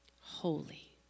Holy